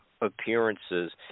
appearances